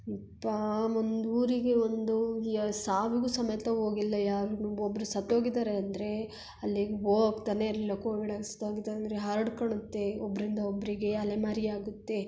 ಯಪ್ಪಾ ಒಂದು ಊರಿಗೆ ಒಂದು ಯ ಸಾವಿಗೂ ಸಮೇತ ಹೋಗಿಲ್ಲ ಯಾರೂ ಒಬ್ಬರು ಸತ್ತೋಗಿದ್ದಾರೆ ಅಂದರೆ ಅಲ್ಲಿಗೆ ಹೋಗ್ತಾನೆ ಇರಲಿಲ್ಲ ಕೋವಿಡಲ್ಲಿ ಸತ್ತೋಗಿದ್ದು ಅಂದರೆ ಹರ್ಡ್ಕೊಳುತ್ತೆ ಒಬ್ಬರಿಂದ ಒಬ್ಬರಿಗೆ ಅಲೆಮಾರಿಯಾಗುತ್ತೆ